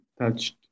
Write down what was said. touched